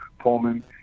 Pullman